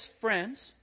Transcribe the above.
friends